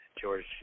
George